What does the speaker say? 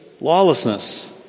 lawlessness